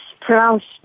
pronounced